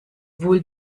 wohl